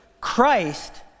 Christ